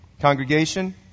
congregation